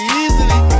easily